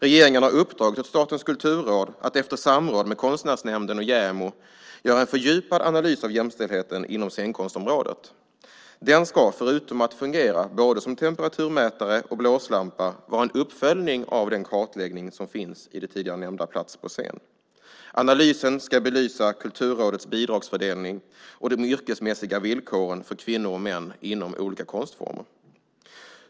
Regeringen har uppdragit åt Statens kulturråd att efter samråd med Konstnärsnämnden och JämO göra en fördjupad analys av jämställdheten inom scenkonstområdet. Den ska förutom att fungera både som temperaturmätare och blåslampa vara en uppföljning av den kartläggning som finns i den tidigare nämnda Plats på scen . Analysen ska belysa Kulturrådets bidragsfördelning och de yrkesmässiga villkoren för kvinnor och män inom olika konstformer.